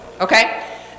okay